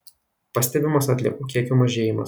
pastebimas atliekų kiekių mažėjimas